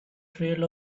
trail